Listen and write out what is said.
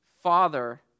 Father